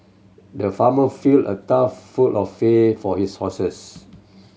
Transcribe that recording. the farmer filled a trough full of fair for his horses